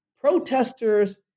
protesters